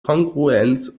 kongruenz